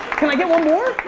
can i get one more?